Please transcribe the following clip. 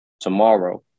tomorrow